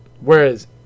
Whereas